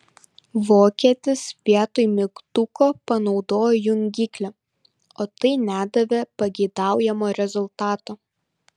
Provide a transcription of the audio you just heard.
vokietis vietoj mygtuko panaudojo jungiklį o tai nedavė pageidaujamo rezultato